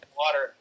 water